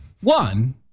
One